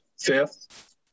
fifth